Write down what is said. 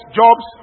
jobs